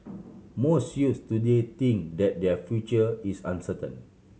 most youths today think that their future is uncertain